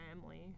family